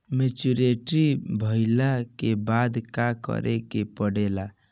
Maturity भईला के बाद का करे के पड़ेला?